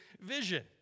vision